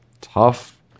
tough